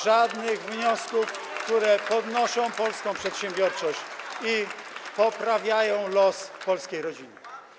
Żadnych wniosków, które podnoszą polską przedsiębiorczość i poprawiają los polskiej rodziny.